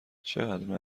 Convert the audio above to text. چقدر